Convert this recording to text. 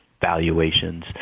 valuations